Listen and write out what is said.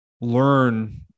learn